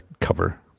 cover